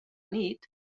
nit